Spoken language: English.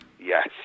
yes